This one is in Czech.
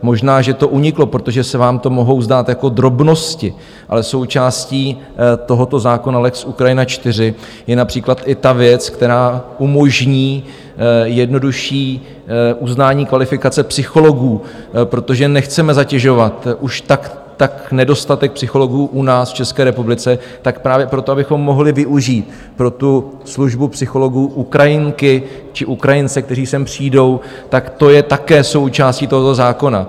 Možná že to uniklo, protože se vám to mohou zdát jako drobnosti, ale součástí tohoto zákona lex Ukrajina IV je například i ta věc, která umožní jednodušší uznání kvalifikace psychologů, protože nechceme zatěžovat, už tak je nedostatek psychologů u nás v České republice, tak právě proto, abychom mohli využít pro tu službu psychologů Ukrajinky či Ukrajince, kteří sem přijdou, tak to je také součástí tohoto zákona.